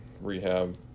rehab